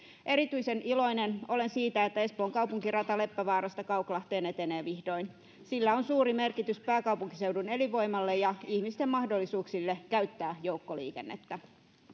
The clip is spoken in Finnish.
erityisen iloinen olen siitä että espoon kaupunkirata leppävaarasta kauklahteen etenee vihdoin sillä on suuri merkitys pääkaupunkiseudun elinvoimalle ja ihmisten mahdollisuuksille käyttää joukkoliikennettä